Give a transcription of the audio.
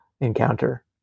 encounter